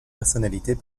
personnalités